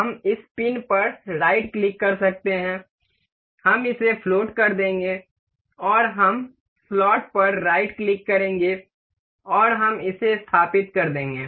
हम इस पिन पर राइट क्लिक कर सकते हैं हम इसे फ्लोट कर देंगे और हम स्लॉट पर राइट क्लिक करेंगे और हम इसे स्थापित कर देंगे